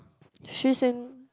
she's in